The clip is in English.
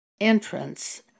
entrance